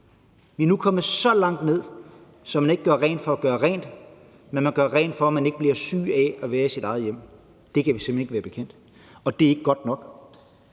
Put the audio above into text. Vi er nu kommet så langt ned, at man ikke gør rent for at gøre rent, men at man gør rent, for at man ikke bliver syg af at være i sit eget hjem. Det kan vi simpelt hen ikke være bekendt, og det er ikke godt nok.